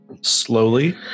slowly